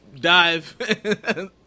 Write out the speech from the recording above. dive